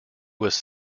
was